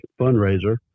fundraiser